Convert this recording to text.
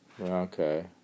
Okay